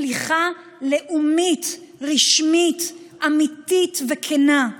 סליחה לאומית, רשמית, אמיתית וכנה.